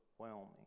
overwhelming